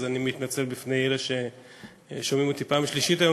אז אני מתנצל בפני אלה ששומעים אותי בפעם השלישית היום,